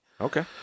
Okay